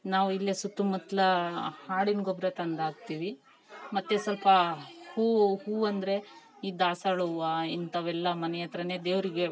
ನಾವು ಇಲ್ಲೇ ಸುತ್ತ ಮುತ್ಲಾ ಆಡಿನ್ ಗೊಬ್ಬರ ತಂದು ಹಾಕ್ತೀವಿ ಮತ್ತು ಸ್ವಲ್ಪಾ ಹೂವು ಹೂವು ಅಂದರೆ ಈ ದಾಸ್ವಾಳ್ ಹೂವು ಇಂಥವೆಲ್ಲಾ ಮನೆ ಹತ್ತಿರನೇ ದೇವರಿಗೆ